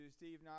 Steve